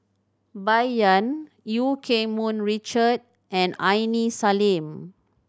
Bai Yan Eu Keng Mun Richard and Aini Salim